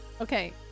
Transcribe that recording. Okay